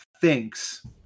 thinks